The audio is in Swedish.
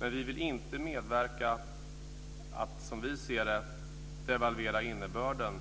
Men vi vill inte medverka till att, som vi ser det, devalvera innebörden